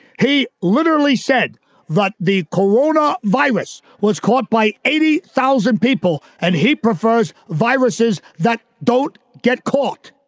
he literally said that the corona virus was caught by eighty thousand people and he prefers viruses that don't get caught